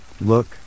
look